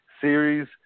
series